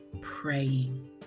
praying